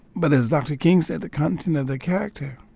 but, as dr. king said, the content of their character.